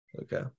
okay